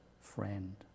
friend